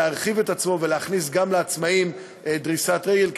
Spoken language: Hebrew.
להרחיב את עצמו ולתת גם לעצמאים דריסת רגל,